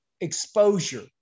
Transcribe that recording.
exposure